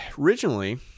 originally